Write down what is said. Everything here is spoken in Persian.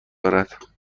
دارد